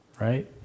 right